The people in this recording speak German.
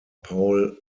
paul